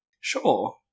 Sure